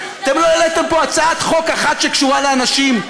אתם לא העליתם פה הצעת חוק אחת שקשורה לאנשים.